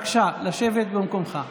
בבקשה לשבת במקומך,